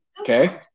Okay